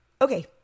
okay